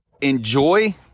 enjoy